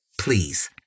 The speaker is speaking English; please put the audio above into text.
Please